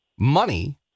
money